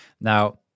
now